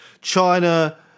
China